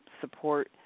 support